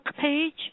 page